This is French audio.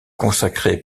consacrée